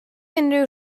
unrhyw